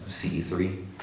CE3